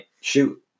Shoot